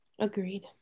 Agreed